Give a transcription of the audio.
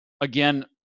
again